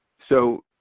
so,